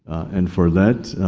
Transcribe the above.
and for that,